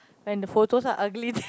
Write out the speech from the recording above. and the photos are ugly